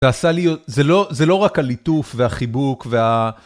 זה עשה לי, זה לא רק הליטוף והחיבוק וה...